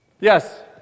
Yes